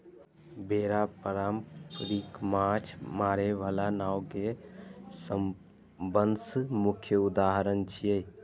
बेड़ा पारंपरिक माछ मारै बला नाव के सबसं मुख्य उदाहरण छियै